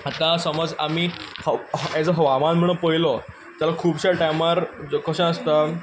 आतां समज आमी एज अ हवामान म्हणून पळयलो जाल्यार खुबश्या टायमार कशें आसता